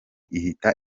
ihita